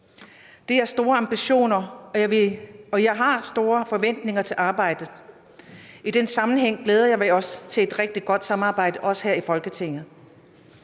Det er store ambitioner, og jeg har store forventninger til arbejdet. I den sammenhæng glæder jeg mig også til et rigtig godt samarbejde – også her i Folketinget.